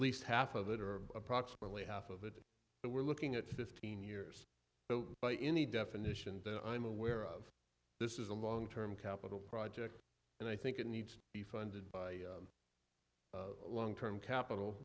least half of it or approximately half of it but we're looking at fifteen years but by any definition that i'm aware of this is a long term capital project and i think it needs to be funded by long term capital